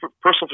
personal